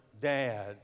dad